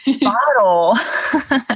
bottle